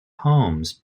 homes